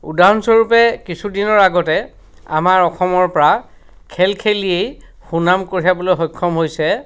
উদাহৰণস্বৰূপে কিছুদিনৰ আগতে আমাৰ অসমৰপৰা খেল খেলিয়েই সুনাম কঢ়িয়াবলৈ সক্ষম হৈছে